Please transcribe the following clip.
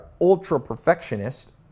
ultra-perfectionist